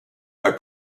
are